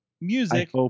music